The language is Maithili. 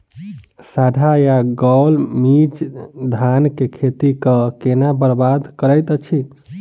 साढ़ा या गौल मीज धान केँ खेती कऽ केना बरबाद करैत अछि?